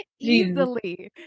Easily